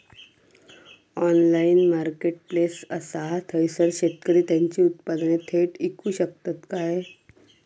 Online marketplace असा थयसर शेतकरी त्यांची उत्पादने थेट इकू शकतत काय?